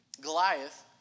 Goliath